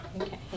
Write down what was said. Okay